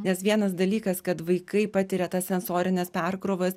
nes vienas dalykas kad vaikai patiria tas sensorines perkrovas